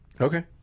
Okay